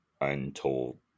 untold